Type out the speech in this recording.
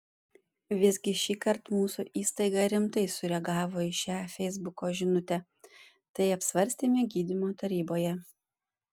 visgi šįkart mūsų įstaiga rimtai sureagavo į šią feisbuko žinutę tai apsvarstėme gydymo taryboje